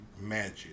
Magic